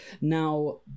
now